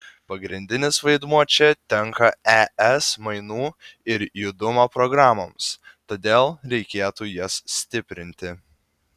pagrindinis vaidmuo čia tenka es mainų ir judumo programoms todėl reikėtų jas stiprinti